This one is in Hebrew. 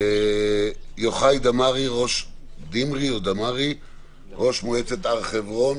יוחאי דמרי, ראש מועצת הר חברון.